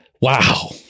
wow